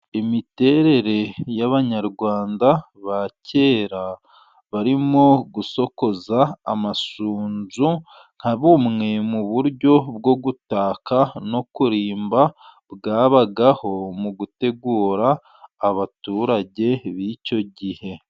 Imiterere y'Abanyarwanda ba kera barimo gusokoza amasunzu nka bumwe mu buryo bwo gutaka no kurimba, bwabagaho mu gutegura abaturage b'icyo gihe.